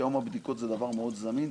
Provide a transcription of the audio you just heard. כי היום הבדיקות זה דבר מאוד זמין,